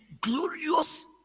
glorious